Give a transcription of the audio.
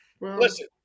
Listen